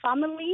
family